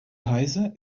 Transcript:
heise